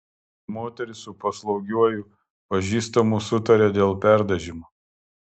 moteris su paslaugiuoju pažįstamu sutarė dėl perdažymo